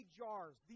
jars